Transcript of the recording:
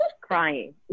Crying